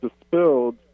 dispelled